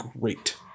great